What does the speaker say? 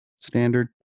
standard